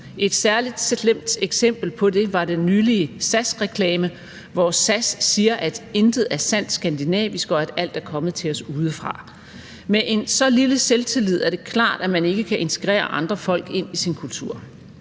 Et særligt slemt eksempel på det var den nylige SAS-reklame, hvor SAS siger, at intet er sandt skandinavisk, og at alt er kommet til os udefra. Med en så lille selvtillid er det klart, at man ikke kan integrere andre folk ind i sin kultur,